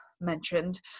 mentioned